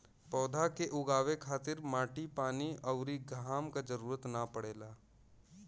पौधा के उगावे खातिर माटी पानी अउरी घाम क जरुरत ना पड़ेला